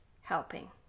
helping